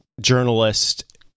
journalist